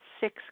six